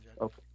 Okay